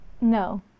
No